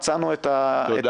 מצאנו את הפתרון.